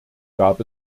gab